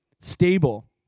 stable